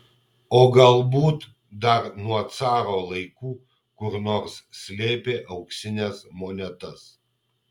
o galbūt dar nuo caro laikų kur nors slėpė auksines monetas